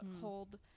hold